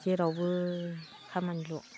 जेरावबो खामानिल'